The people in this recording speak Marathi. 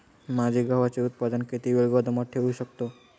माझे गव्हाचे उत्पादन किती वेळ गोदामात ठेवू शकतो?